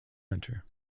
hunter